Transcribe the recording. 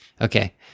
Okay